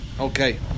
Okay